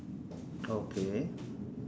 okay